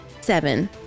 seven